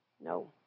No